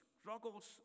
struggles